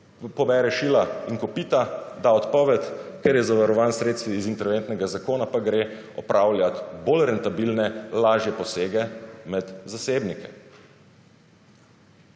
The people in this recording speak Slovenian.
pobere šila in kopita, da odpoved, ker je zavarovan s sredstvi iz interventnega zakona, pa gre opravljati bolj rentabilne lažje posege med zasebnike.